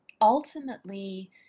Ultimately